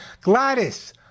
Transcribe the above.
Gladys